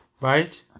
right